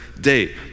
day